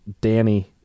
Danny